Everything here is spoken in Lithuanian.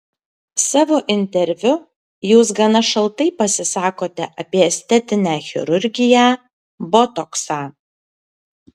savo interviu jūs gana šaltai pasisakote apie estetinę chirurgiją botoksą